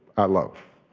i love.